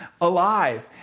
alive